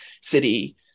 city